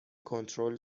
کنترل